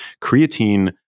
Creatine